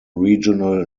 regional